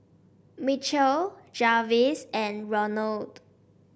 Michell Jarvis and Ronald